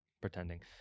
pretending